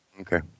Okay